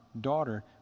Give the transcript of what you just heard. daughter